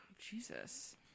Jesus